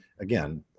again